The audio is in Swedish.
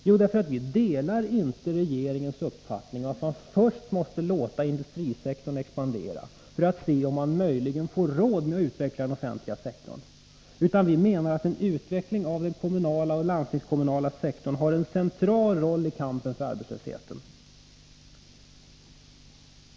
Jo, därför att vi inte delar regeringens uppfattning att man först måste låta industrisektorn expandera för att se om man möjligen får råd att utveckla den offentliga sektorn, utan vi menar att en utveckling av de kommunala och landstingskommunala sektorerna har en central roll i kampen mot arbetslösheten.